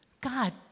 God